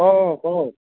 অ কওক